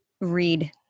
read